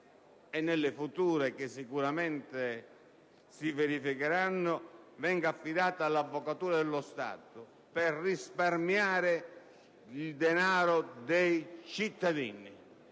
e nelle future che sicuramente si verificheranno, venga affidato all'Avvocatura dello Stato, così da risparmiare il denaro dei cittadini.